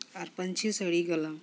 ᱟᱨ ᱯᱟᱹᱧᱪᱤ ᱥᱟᱹᱲᱤ ᱜᱟᱞᱟᱝ